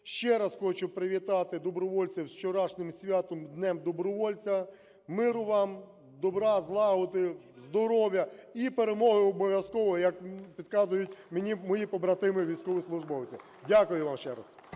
Ще раз хочу привітати добровольців з вчорашнім святом – Днем добровольця! Миру вам, добра, злагоди, здоров'я і перемоги обов'язково, як підказують мені мої побратими військовослужбовці. Дякую вам ще раз